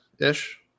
ish